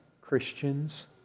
Christians